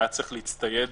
והיה צריך להצטייד